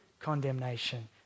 condemnation